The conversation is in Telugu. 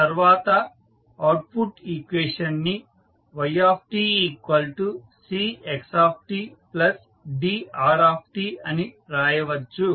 తర్వాత అవుట్పుట్ ఈక్వేషన్ ని ytcxtdrtఅని రాయవచ్చు